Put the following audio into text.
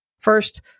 First